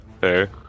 fair